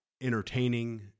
entertaining